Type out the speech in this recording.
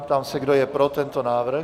Ptám se, kdo je pro tento návrh?